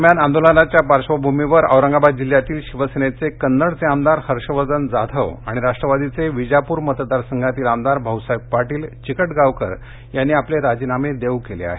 दरम्यान या आंदोलनाच्या पार्श्वभूमीवर औरंगाबाद जिल्ह्यातील शिवसेनेचे कन्नडचे आमदार हर्षवर्घन जाधव आणि राष्ट्रवादीचे विजापूर मतदार संघातील आमदार भाऊसाहेब पाटील चिकटगांवकर यांनी आपले राजीनामे देऊ केले आहेत